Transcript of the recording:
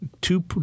two